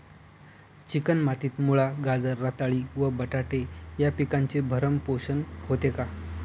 Chicken मातीत मुळा, गाजर, रताळी व बटाटे या पिकांचे भरण पोषण होते का?